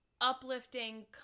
uplifting